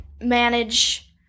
manage